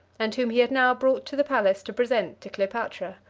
and whom he had now brought to the palace to present to cleopatra.